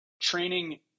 Training